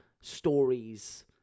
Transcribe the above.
stories